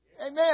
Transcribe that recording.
Amen